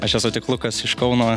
aš esu tik lukas iš kauno